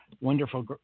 wonderful